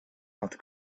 altı